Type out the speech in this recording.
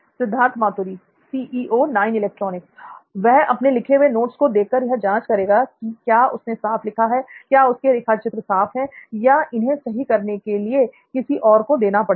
सिद्धार्थ मातुरी वह अपने लिखे हुए नोट्स को देख कर यह जांच करेगा कि क्या उसने साफ लिखा है क्या उसके रेखाचित्र साफ है या उसे इन्हें सही करने के लिए किसी और को देना पड़ेगा